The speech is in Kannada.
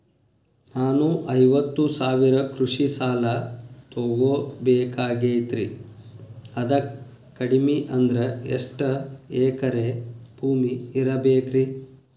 ನಾನು ಐವತ್ತು ಸಾವಿರ ಕೃಷಿ ಸಾಲಾ ತೊಗೋಬೇಕಾಗೈತ್ರಿ ಅದಕ್ ಕಡಿಮಿ ಅಂದ್ರ ಎಷ್ಟ ಎಕರೆ ಭೂಮಿ ಇರಬೇಕ್ರಿ?